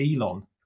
Elon